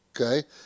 Okay